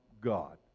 God